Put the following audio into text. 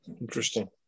Interesting